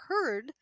heard